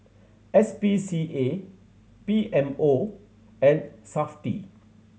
S P C A B M O and Safti